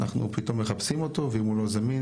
אז אנחנו פתאום מחפשים אותו ואם הוא לא זמין,